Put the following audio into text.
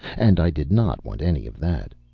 and i did not want any of that.